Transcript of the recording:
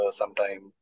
sometime